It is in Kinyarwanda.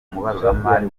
umubaruramari